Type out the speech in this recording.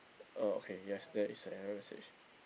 uh okay yes there is a error message